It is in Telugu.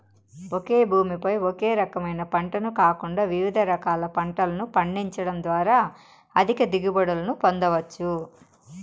ఒకే భూమి పై ఒకే రకమైన పంటను కాకుండా వివిధ రకాల పంటలను పండించడం ద్వారా అధిక దిగుబడులను పొందవచ్చు